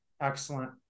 Excellent